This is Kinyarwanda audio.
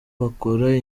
bakora